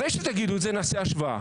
אחרי שתגידו את זה, נעשה השוואה.